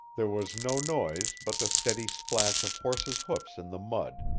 there was no noise but the steady splash of horses' hoofs in the mud,